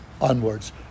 onwards